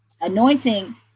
anointing